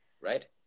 right